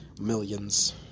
millions